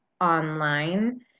online